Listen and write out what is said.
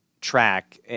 track